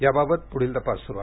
याबाबत पुढील तपास सुरु आहे